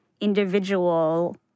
individual